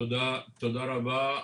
תודה רבה.